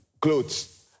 clothes